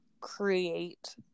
create